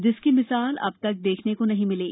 जिसकी मिसाल अब तक देखने को नहीं मिली